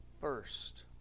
first